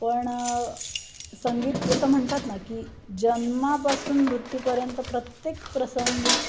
पण संगीत जसं म्हणतात ना की जन्मापासून मृत्यूपर्यंत प्रत्येक प्रसंगी